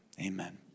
amen